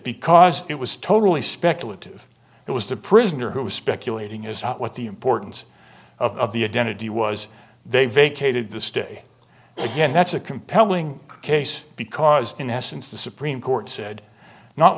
because it was totally speculative it was the prisoner who was speculating as to what the importance of the identity was they vacated the stay again that's a compelling case because in essence the supreme court said not